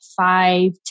five